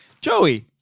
Joey